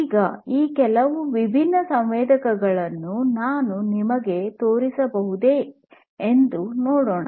ಈಗ ಈ ಕೆಲವು ವಿಭಿನ್ನ ಸಂವೇದಕಗಳನ್ನು ನಾನು ನಿಮಗೆ ತೋರಿಸಬಹುದೇ ಎಂದು ನೋಡೋಣ